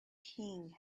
king